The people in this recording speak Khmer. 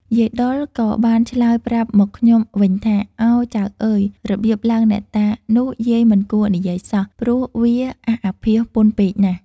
យាយដុលក៏បានឆ្លើយប្រាប់មកខ្ញុំវិញថា៖ “ឱ! ចៅអើយ របៀបឡើងអ្នកតានោះ យាយមិនគួរនិយាយសោះ ព្រោះវាអាសអាភាសពន់ពេកណាស់។